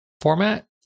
format